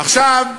עכשיו,